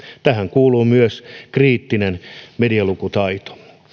tähän kuuluu myös kriittinen medialukutaito